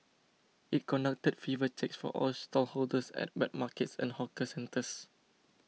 it conducted fever checks for all stallholders at wet markets and hawker centres